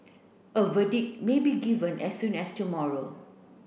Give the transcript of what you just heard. a verdict may be given as soon as tomorrow